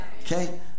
Okay